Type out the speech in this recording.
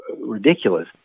ridiculous